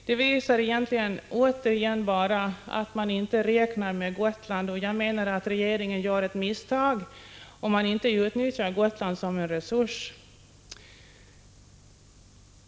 Det visar egentligen bara återigen att man inte räknar med Gotland, och jag menar att regeringen gör ett misstag om man inte utnyttjar Gotland som en resurs.